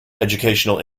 educational